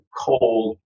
cold